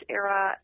era